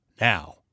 Now